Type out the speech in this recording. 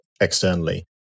externally